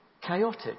Chaotic